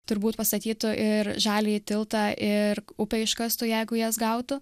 turbūt pastatytų ir žaliąjį tiltą ir upę iškastų jeigu jas gautų